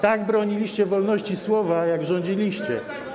Tak broniliście wolności słowa, jak rządziliście.